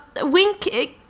Wink